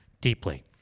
deeply